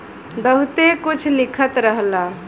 बहुते कुछ लिखल रहला